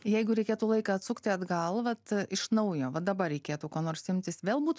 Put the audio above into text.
jeigu reikėtų laiką atsukti atgal vat iš naujo va dabar reikėtų ko nors imtis vėl būt